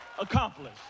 accomplished